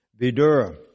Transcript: Vidura